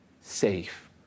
safe